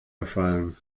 gefallen